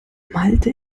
malte